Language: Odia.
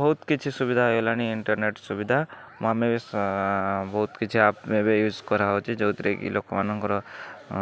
ବହୁତ କିଛି ସୁବିଧା ହେଇଗଲାଣି ଇଣ୍ଟରନେଟ୍ ସୁବିଧା ଆମେ ବହୁତ କିଛି ଆପ୍ ଏବେ ୟୁଜ୍ କରାହେଉଛି ଯେଉଁଥିରେ କି ଲୋକମାନଙ୍କର